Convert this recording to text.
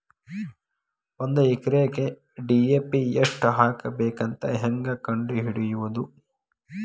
ಒಂದು ಎಕರೆಗೆ ಡಿ.ಎ.ಪಿ ಎಷ್ಟು ಹಾಕಬೇಕಂತ ಹೆಂಗೆ ಕಂಡು ಹಿಡಿಯುವುದು?